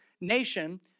nation